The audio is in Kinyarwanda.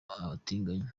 abatinganyi